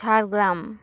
Jhargram